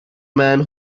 man